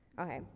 okay.